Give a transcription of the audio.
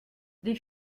des